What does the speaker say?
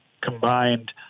combined